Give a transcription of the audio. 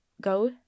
go